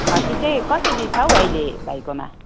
खसी चाहिँ कसरी छ हौ अहिले भाइकोमा